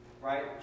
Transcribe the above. right